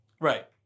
Right